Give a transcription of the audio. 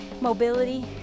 mobility